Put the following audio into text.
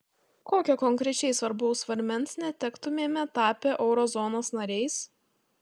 kokio konkrečiai svarbaus svarmens netektumėme tapę eurozonos nariais